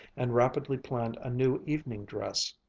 and rapidly planned a new evening-dress.